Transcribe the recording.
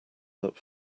that